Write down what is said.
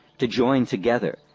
to join together,